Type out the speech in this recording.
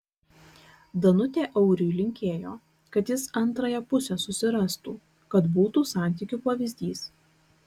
danutė auriui linkėjo kad jis antrąją pusę susirastų kad būtų santykių pavyzdys